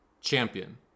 champion